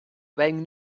wearing